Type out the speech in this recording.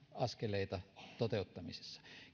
askeleita toteuttamisessa